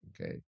Okay